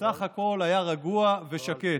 סך הכול היה רגוע ושקט.